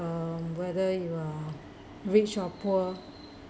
um whether you are rich or poor